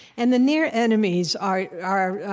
and the near enemies are are